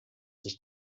sich